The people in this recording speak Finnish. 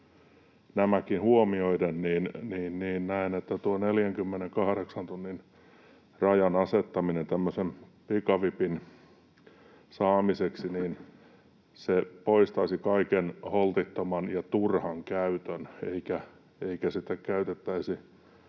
nämäkin huomioiden näen, että tuon 48 tunnin rajan asettaminen tämmöisen pikavipin saamiseksi poistaisi kaiken holtittoman ja turhan käytön, eikä sitä käytettäisi